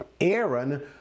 Aaron